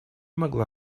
могла